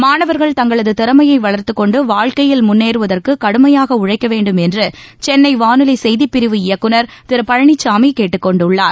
மாணவர்கள் தங்களது திறமையை வளர்த்துக் கொண்டு வாழ்க்கையில் முன்னேறுவதற்கு கடுமையாக உழைக்க வேண்டும் என்று சென்னை வானொலி செய்திப்பிரிவு இயக்குநர் திரு பழனிச்சாமி கேட்டுக் கொண்டுள்ளார்